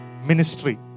Ministry